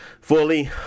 fully